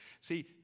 See